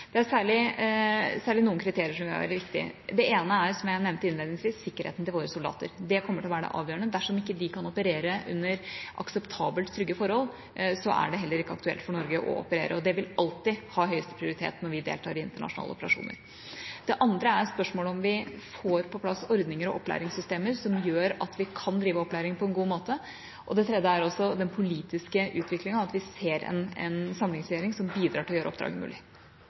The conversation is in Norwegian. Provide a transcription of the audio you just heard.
Det er særlig noen kriterier som vil være viktige. Det ene er, som jeg nevnte innledningsvis, sikkerheten til våre soldater. Det kommer til å være det avgjørende. Dersom ikke de kan operere under akseptable, trygge forhold, er det heller ikke aktuelt for Norge å operere. Det vil alltid ha høyeste prioritet når vi deltar i internasjonale operasjoner. Det andre er spørsmålet om vi får på plass ordninger og opplæringssystemer som gjør at vi kan drive opplæring på en god måte. Det tredje er den politiske utviklinga, at vi ser en samlingsregjering som bidrar til å gjøre oppdraget mulig.